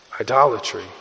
idolatry